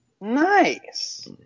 Nice